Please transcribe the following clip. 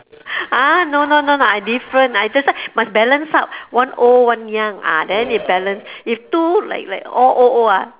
!huh! no no no no I different I just why must balance out one old one young ah then it balance if two like like all old old ah